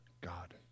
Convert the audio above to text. God